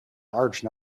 large